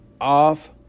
off